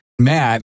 Matt